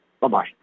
Bye-bye